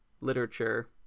literature